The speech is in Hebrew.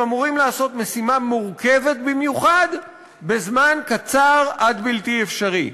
הם אמורים לעשות משימה מורכבת במיוחד בזמן קצר עד בלתי אפשרי.